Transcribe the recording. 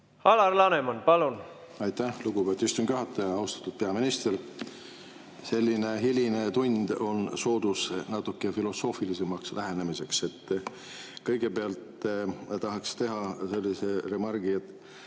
Alar Laneman, palun! Aitäh, lugupeetud istungi juhataja! Austatud peaminister! Selline hiline tund on soodus natuke filosoofilisemaks lähenemiseks. Kõigepealt tahaks teha sellise remargi: